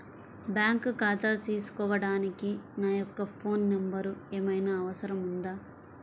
Bank ఖాతా తీసుకోవడానికి నా యొక్క ఫోన్ నెంబర్ ఏమైనా అవసరం అవుతుందా?